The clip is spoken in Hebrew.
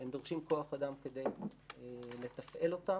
הם דורשים כוח אדם כדי לתפעל אותם.